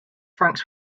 francs